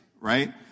right